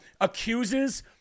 accuses